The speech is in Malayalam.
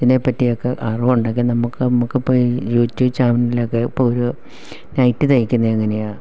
ഇതിനെ പറ്റി ഒക്കെ അറിവുണ്ടെങ്കിൽ നമുക്ക് നമുക്കിപ്പോൾ ഈ യൂട്യൂബ് ചാനലിലൊക്കെ ഇപ്പോൾ ഒരു നൈറ്റി തയ്ക്കുന്ന എങ്ങനെയാണെന്ന്